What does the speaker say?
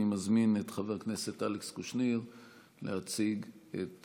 אני מזמין את חבר הכנסת אלכס קושניר להציג את